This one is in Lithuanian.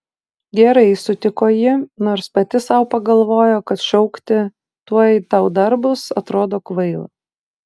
gerai sutiko ji nors pati sau pagalvojo kad šaukti tuoj tau dar bus atrodo kvaila